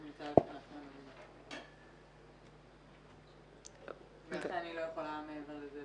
מעבר לזה,